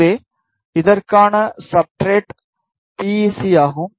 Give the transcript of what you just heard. எனவே இதற்கான substrate P E C ஆகும்